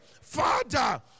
Father